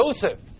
Joseph